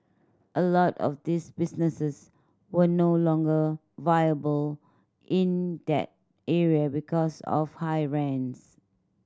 a lot of these businesses were no longer viable in that area because of high rents